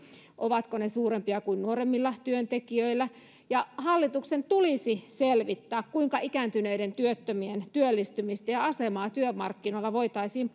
ovatko ne suurempia kuin nuoremmilla työntekijöillä hallituksen tulisi selvittää kuinka ikääntyneiden työttömien työllistymistä ja asemaa työmarkkinoilla voitaisiin